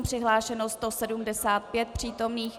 Přihlášeno 175 přítomných.